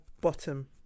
Bottom